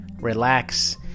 relax